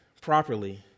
properly